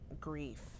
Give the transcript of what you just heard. grief